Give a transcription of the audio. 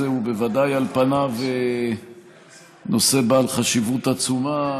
הוא בוודאי על פניו נושא בעל חשיבות עצומה,